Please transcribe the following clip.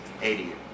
80